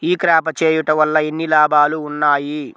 ఈ క్రాప చేయుట వల్ల ఎన్ని లాభాలు ఉన్నాయి?